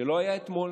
שלא היה אתמול?